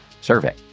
survey